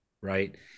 Right